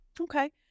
Okay